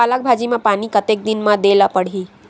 पालक भाजी म पानी कतेक दिन म देला पढ़ही?